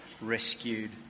rescued